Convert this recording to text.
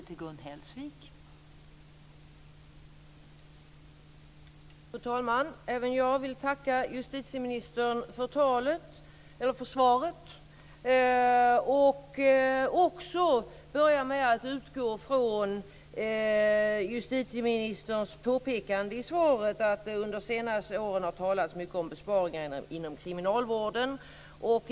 Fru talman! Även jag vill tacka justitieministern för svaret och också börja med att utgå från justitieministerns påpekande i svaret om att det under det senaste året har talats mycket om besparingar inom kriminalvården.